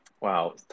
wow